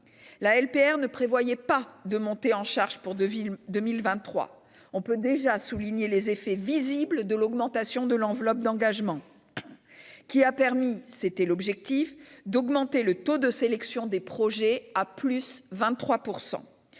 la LPR ne prévoyait pas de montée en charge pour 2023. On peut déjà souligner les effets visibles de l'augmentation de l'enveloppe d'engagement, qui a permis- c'était l'objectif -de porter le taux de sélection des projets à hauteur